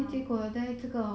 ah